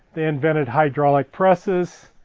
they invented hydraulic presses,